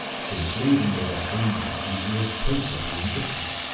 since leaving the west indies he has lived principally in italy,